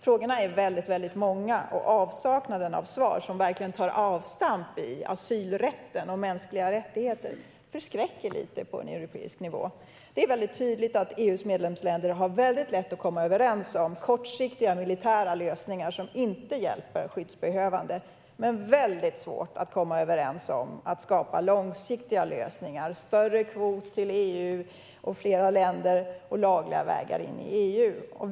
Frågorna är många, och avsaknaden av svar på europeisk nivå som verkligen tar avstamp i asylrätten och mänskliga rättigheter förskräcker lite. Det är tydligt att EU:s medlemsländer har väldigt lätt att komma överens om kortsiktiga militära lösningar som inte hjälper skyddsbehövande men väldigt svårt att komma överens om att skapa långsiktiga lösningar som större kvot till EU, fler mottagarländer inom EU och lagliga vägar in i EU.